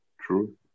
True